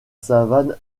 savane